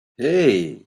hey